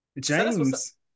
James